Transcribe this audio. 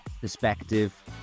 perspective